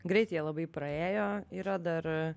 greit jie labai praėjo yra dar